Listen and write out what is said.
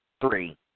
three